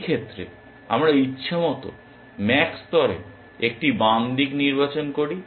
এই ক্ষেত্রে আমরা ইচ্ছামত ম্যাক্স স্তরে একটি বাম দিক নির্বাচন করি